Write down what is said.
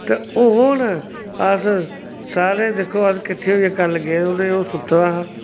ते हून अस सारे दिक्खो अस किट्ठे होइयै कल्ल गे उ'नें ओह् सुत्ता दा हा